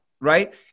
right